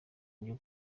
ryo